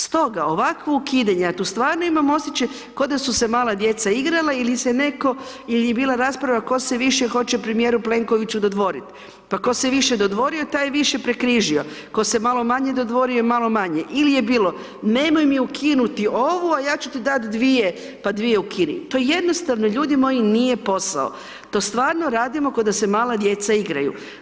Stoga, ovakvo ukidanje a tu stvarno imam osjećaj kao da su se mala djeca igrala ili je bila rasprava tko se više hoće premijeru Plenkoviću dodvoriti pa tko se više dodvorio, taj je više prekrižio, tko se malo manje dodvorio, malo manje ili je bilo, nemoj mi ukinuto ovo a ja ću ti dati dvije pa dvije ukini, to jednostavno ljudi moji, nije posao, to stvarno radimo kao da se mala djeca igraju.